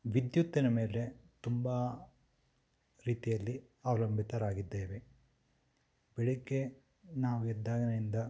ವಿದ್ಯುತ್ತಿನ ಮೇಲೆ ತುಂಬಾ ರೀತಿಯಲ್ಲಿ ಅವಲಂಬಿತರಾಗಿದ್ದೇವೆ ಬೆಳಗ್ಗೆ ನಾವು ಎದ್ದಾಗಿನಿಂದ